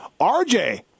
RJ